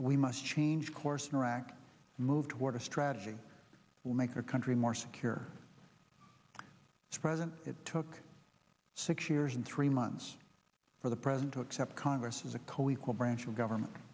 we must change course in iraq move toward a strategy will make our country more secure it's present it took six years and three months for the present to accept congress is a co equal branch of government